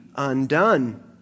Undone